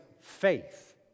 faith